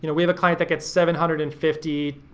you know we have a client that gets seven hundred and fifty,